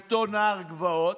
אותו נער גבעות,